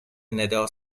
ندا